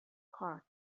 cord